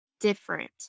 different